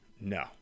No